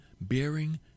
Bearing